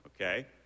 okay